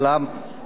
הכלכלה,